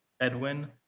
Edwin